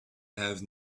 have